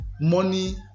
money